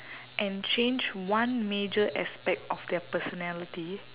and change one major aspect of their personality